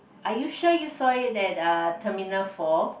are you sure you saw it at uh terminal four